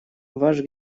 ваш